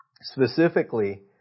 Specifically